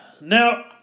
Now